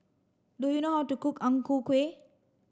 do you know how to cook Ang Ku Kueh